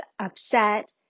upset